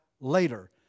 later